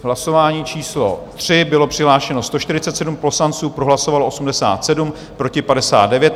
Hlasování číslo 3, bylo přihlášeno 147 poslanců, pro hlasovalo 87, proti 59.